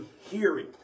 hearing